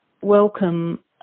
welcome